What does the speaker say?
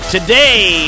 Today